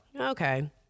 Okay